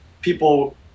people